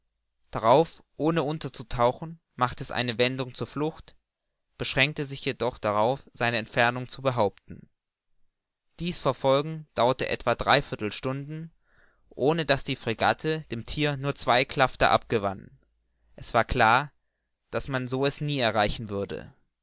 darauf ohne unterzutauchen machte es eine wendung zur flucht beschränkte sich jedoch darauf seine entfernung zu behaupten dies verfolgen dauerte etwa dreiviertel stunden ohne daß die fregatte dem thier nur zwei klafter abgewann es war klar daß man so es nie erreichen würde